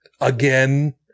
Again